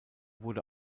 wurde